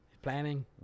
Planning